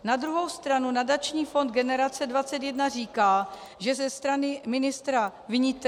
Na druhou stranu nadační fond Generace 21 říká, že ze strany ministra vnitra